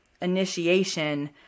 initiation